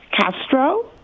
Castro